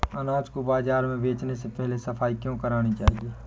अनाज को बाजार में बेचने से पहले सफाई क्यो करानी चाहिए?